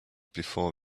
before